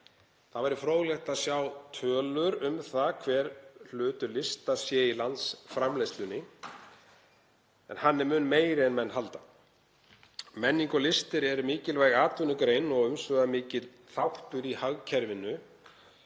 Það væri fróðlegt að sjá tölur um það hver hlutur lista sé í landsframleiðslunni, en hann er mun meiri en menn halda. Menning og listir eru mikilvæg atvinnugrein og umsvifamikill þáttur í hagkerfinu.